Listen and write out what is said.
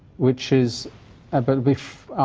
which is about